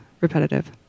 repetitive